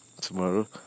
tomorrow